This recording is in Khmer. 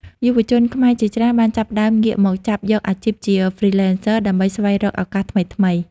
យុវជនខ្មែរជាច្រើនបានចាប់ផ្តើមងាកមកចាប់យកអាជីពជា Freelancer ដើម្បីស្វែងរកឱកាសថ្មីៗ។